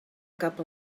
cap